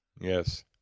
Yes